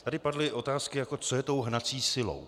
Tady padly otázky, jako co je tou hnací silou.